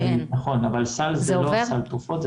נכון, אבל סל זה לא סל תרופות.